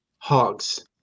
hogs